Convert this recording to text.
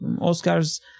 Oscar's